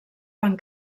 van